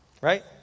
Right